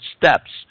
steps